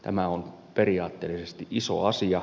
tämä on periaatteellisesti iso asia